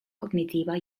cognitiva